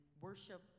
worship